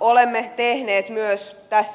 olemme tehneet myös tässä yhteydessä